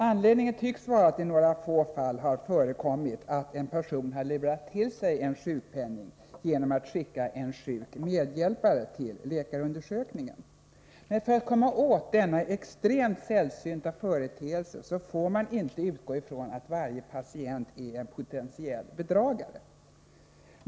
Anledningen tycks vara att det i några få fall har förekommit att en person har lurat till sig sjukpenning genom att skicka en sjuk medhjälpare till läkarundersökningen. Men för att komma åt denna extremt sällsynta företeelse får man inte utgå ifrån att varje patient är en potentiell bedragare.